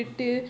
okay